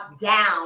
down